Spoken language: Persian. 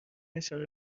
اشاره